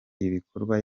ibikorwa